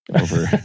over